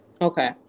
Okay